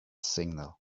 signal